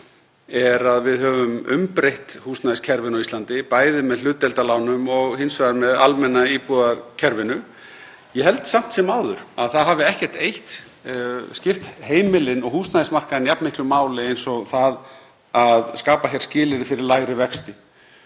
er að við höfum umbreytt húsnæðiskerfinu á Íslandi, bæði með hlutdeildarlánum og hins vegar með almenna íbúðakerfinu. Ég held samt sem áður að það hafi ekkert eitt skipt heimilin og húsnæðismarkaðinn jafn miklu máli og það að skapa hér skilyrði fyrir lægri vexti.